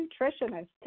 nutritionist